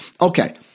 Okay